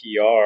PR